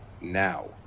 now